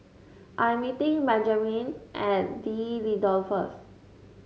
I'm meeting Benjamen at D'Leedon first